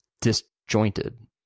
disjointed